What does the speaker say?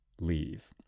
leave